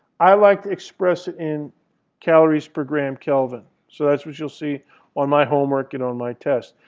i like to express it in calories per gram kelvin. so that's what you'll see on my homework and on my tests.